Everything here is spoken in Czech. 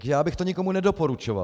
Já bych to nikomu nedoporučoval.